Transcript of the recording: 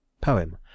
poem